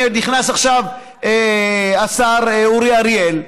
הינה נכנס עכשיו השר אורי אריאל,